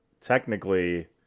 technically